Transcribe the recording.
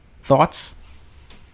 Thoughts